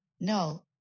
No